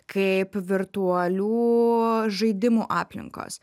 kaip virtualių žaidimų aplinkos